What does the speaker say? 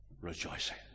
rejoicing